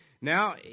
Now